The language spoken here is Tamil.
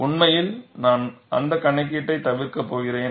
உண்மையில் நான் அந்த கணக்கீட்டை தவிர்க்கப் போகிறேன்